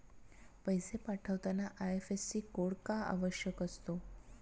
पैसे पाठवताना IFSC code का आवश्यक असतो?